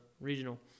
regional